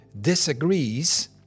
disagrees